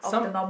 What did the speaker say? some